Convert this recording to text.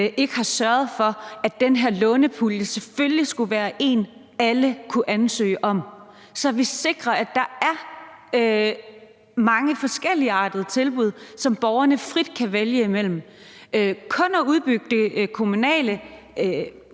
ikke har sørget for, at den her lånepulje selvfølgelig skulle være en, alle kunne ansøge om, så vi sikrer, at der er mange forskelligartede tilbud, som borgerne frit kan vælge mellem. Kun at udbygge det kommunale